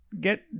get